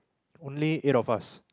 only eight of us